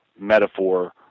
metaphor